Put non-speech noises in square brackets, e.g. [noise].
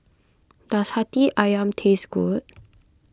does Hati Ayam taste good [noise]